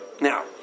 Now